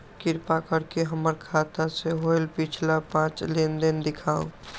कृपा कर के हमर खाता से होयल पिछला पांच लेनदेन दिखाउ